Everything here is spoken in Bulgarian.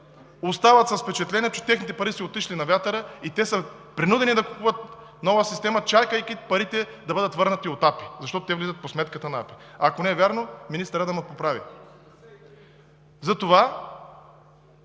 остават с впечатление, че техните пари са отишли на вятъра и те са принудени да купуват нова система, чакайки парите да бъдат върнати от АПИ, защото те влизат по сметката на АПИ. Ако не е вярно, министърът да ме поправи. (Реплика